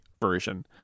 version